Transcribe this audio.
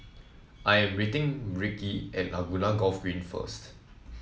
I am meeting Ricki at Laguna Golf Green first